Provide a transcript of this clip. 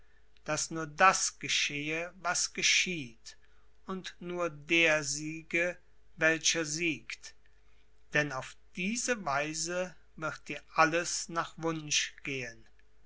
daß nur das geschehe was geschieht und nur der siege welcher siegt denn auf diese weise wird dir alles nach wunsch gehen